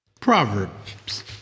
proverbs